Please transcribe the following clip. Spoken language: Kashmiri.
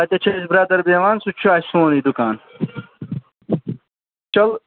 تَتٮ۪تھ چھُ اَسہِ برٛٮ۪دَر بیٚہوان سُہ تہِ چھُ اَسہِ سونُے دُکان چلو